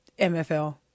MFL